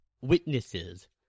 witnesses